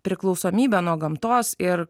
priklausomybę nuo gamtos ir